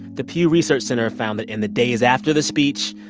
the pew research center found that, in the days after the speech,